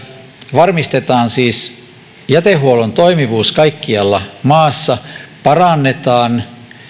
varmistetaan siis jätehuollon toimivuus kaikkialla maassa parannetaan